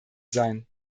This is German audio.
sein